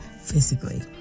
physically